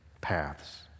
paths